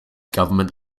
government